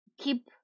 keep